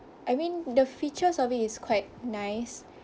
I mean the features of it is quite nice